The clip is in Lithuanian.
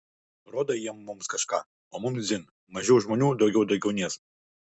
rodo jie mums kažką o mums dzin mažiau žmonių daugiau deguonies